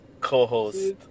Co-host